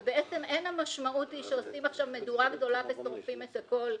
ובעצם אין המשמעות היא שעושים עכשיו מדורה גדולה ושורפים את הכול,